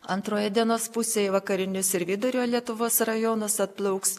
antroje dienos pusėj į vakarinius ir vidurio lietuvos rajonus atplauks